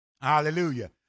Hallelujah